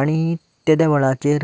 आनी त्या वेळाचेर